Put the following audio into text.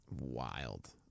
Wild